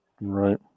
Right